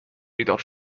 بیدار